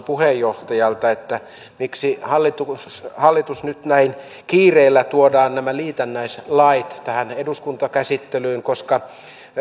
puheenjohtajalta miksi hallitus hallitus nyt näin kiireellä tuo nämä liitännäislait tähän eduskuntakäsittelyyn koska